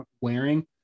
wearing